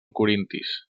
corintis